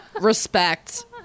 respect